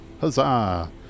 Huzzah